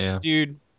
Dude